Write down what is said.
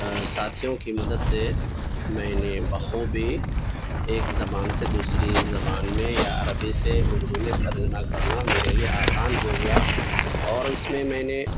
ساتھیوں کی مدد سے میں نے بخوبی ایک زبان سے دوسری زبان میں یا عربی سے اردو میں ترجمہ کرنا میرے لیے آسان ہو گیا اور اس میں میں نے